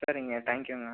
சரிங்க தேங்க்யூங்க